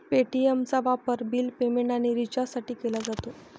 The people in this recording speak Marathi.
पे.टी.एमचा वापर बिल पेमेंट आणि रिचार्जसाठी केला जातो